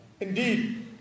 Indeed